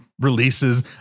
releases